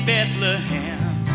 Bethlehem